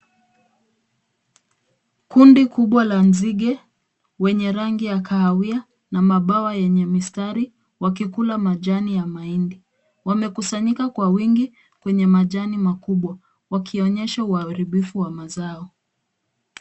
Kundi kubwa la nzige wenye rangi ya kahawia na mabawa yenye mistari wakikula majani ya mahindi. Wamekusanyika kwa wingi kwenye majani makubwa, wakionyesha uharibifu wa mazao.